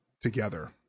together